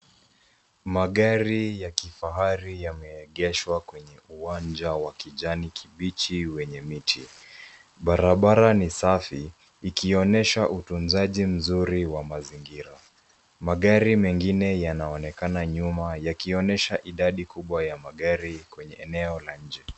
Magari ya kifahari yameegeshwa kwenye uwanja wa kijani kibichi wenye miti. Barabara ni safi ikionyesha utunzaji mzuri wa mazingira. Magari mengine yanaonekana nyuma yakionyesha idadi kubwa ya magari kwenye eneo la nchi.